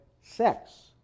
sex